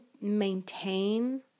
maintain